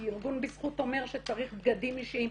כי ארגון בזכות אומר שצריך בגדים אישיים,